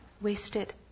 wasted